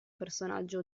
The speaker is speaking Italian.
personaggio